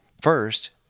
First